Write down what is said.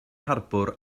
harbwr